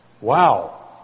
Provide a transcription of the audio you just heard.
Wow